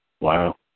Wow